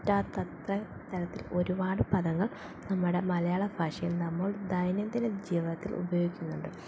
പറ്റാത്തത്ര തരത്തിൽ ഒരുപാട് പദങ്ങൾ നമ്മുടെ മലയാള ഭാഷയിൽ നമ്മൾ ദൈനംദിന ജീവിതത്തിൽ ഉപയോഗിക്കുന്നുണ്ട്